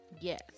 Yes